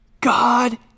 God